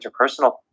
interpersonal